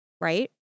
right